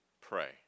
pray